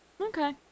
Okay